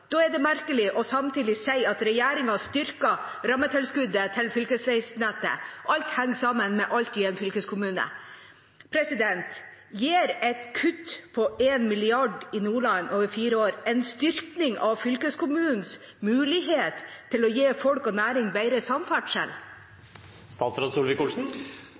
Da er det merkelig samtidig å si at regjeringen styrker rammetilskuddet til fylkesveinettet. Alt henger sammen med alt i en fylkeskommune. Gir et kutt på 1 mrd. kr over fire år i Nordland en styrking av fylkeskommunens mulighet til å gi folk og næring bedre